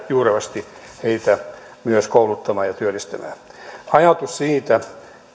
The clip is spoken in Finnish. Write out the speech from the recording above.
juurevasti heitä myös kouluttamaan ja työllistämään ajatus siitä